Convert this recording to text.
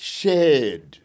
shared